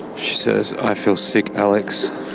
she says, i feel sick alex,